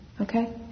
okay